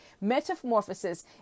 Metamorphosis